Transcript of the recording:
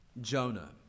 Jonah